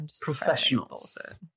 professionals